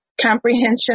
comprehension